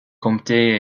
comté